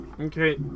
Okay